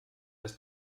des